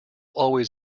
always